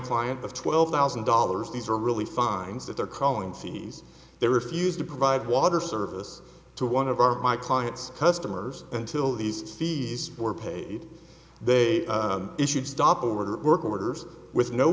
client of twelve thousand dollars these are really fines that they're calling fees they refused to provide water service to one of our my clients customers until these fees were paid they issued stop over the work orders with no